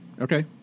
Okay